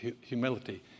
humility